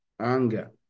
Anger